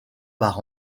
par